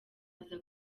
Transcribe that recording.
aza